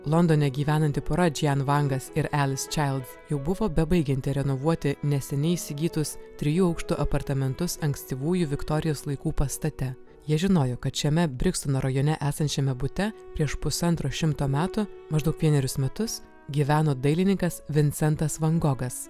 londone gyvenanti pora džian vangas ir elisčaildsalice childs jau buvo bebaigianti renovuoti neseniai įsigytus trijų aukštų apartamentus ankstyvųjų viktorijos laikų pastate jie žinojo kad šiame brikstono rajone esančiame bute prieš pusantro šimto metų maždaug vienerius metus gyveno dailininkas vincentas van gogas